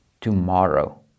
tomorrow